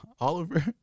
Oliver